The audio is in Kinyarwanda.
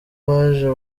baje